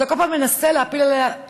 אתה כל פעם מנסה להפיל על הפריפריה